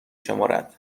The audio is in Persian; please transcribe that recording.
شمرد